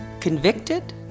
convicted